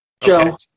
Joe